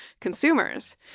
consumers